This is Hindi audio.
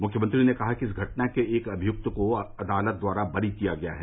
मुख्यमंत्री ने कहा कि इस घटना के एक अभियुक्त को अदालत द्वारा बरी किया गया है